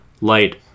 Light